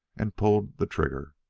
and pulled the trigger.